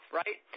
right